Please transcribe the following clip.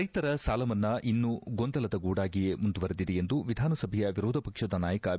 ರೈತರ ಸಾಲ ಮನ್ನಾ ಇನ್ನೂ ಗೊಂದಲದ ಗೂಡಾಗಿಯೇ ಮುಂದುವರಿದೆ ಎಂದು ವಿಧಾನಸಭೆಯ ವಿರೋಧ ಪಕ್ಷದ ನಾಯಕ ಬಿ